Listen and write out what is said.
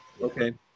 okay